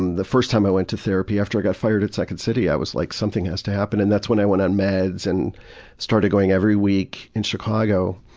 um the first time i went to therapy after i got fired at second city and i was like something has to happen and that's when i went on meds and started going every week in chicago.